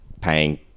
paying